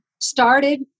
started